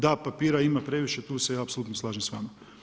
Da, papira ima previše, tu se ja apsolutno slažem s vama.